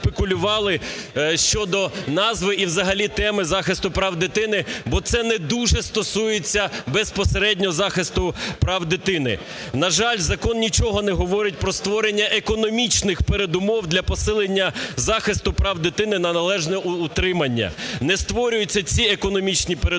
щодо назви і взагалі теми захисту прав дитини, бо це не дуже стосується безпосередньо захисту прав дитини. На жаль, закон нічого не говорить про створення економічних передумов для посилення захисту прав дитини на належне утримання, не створюються ці економічні передумови,